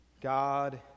God